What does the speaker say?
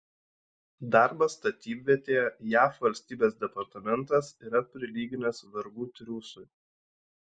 darbą statybvietėje jav valstybės departamentas yra prilyginęs vergų triūsui